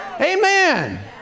Amen